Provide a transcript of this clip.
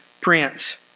prince